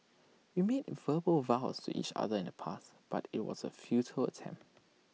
we made verbal vows to each other in the past but IT was A futile attempt